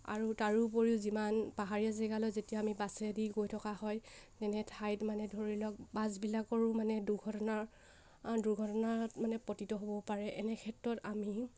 আৰু তাৰোপৰিও যিমান পাহাৰীয়া জেগালৈ যেতিয়া আমি বাছেদি গৈ থকা হয় তেনে ঠাইত মানে ধৰি লওক বাছবিলাকৰো মানে দুৰ্ঘটনাৰ দুৰ্ঘটনাত মানে পটিত হ'ব পাৰে এনে ক্ষেত্ৰত আমি